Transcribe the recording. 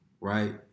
right